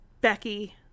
Becky